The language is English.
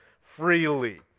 freely